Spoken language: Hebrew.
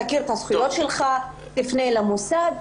תכיר את הזכויות שלך אם תפנה למוסד.